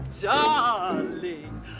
darling